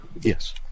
Yes